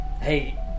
hey